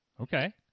Okay